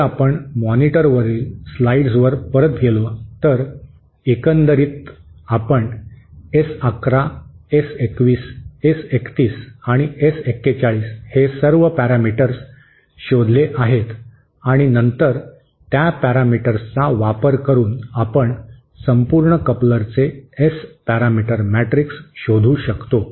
जर आपण मॉनिटरवरील स्लाइड्सवर परत गेलो तर एकंदरीत म्हणून आपण S11 S 21 S 31 आणि S 41 हे सर्व पॅरामीटर्स शोधले आहेत आणि नंतर त्या पॅरामीटर्सचा वापर करून आपण संपूर्ण कपलरचे एस पॅरामीटर मॅट्रिक्स शोधू शकतो